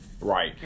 Right